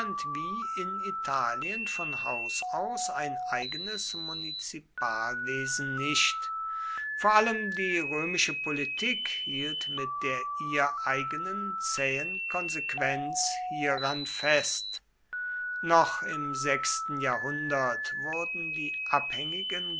wie in italien von haus aus ein eigenes munizipalwesen nicht vor allem die römische politik hielt mit der ihr eigenen zähen konsequenz hieran fest noch im sechsten jahrhundert wurden die abhängigen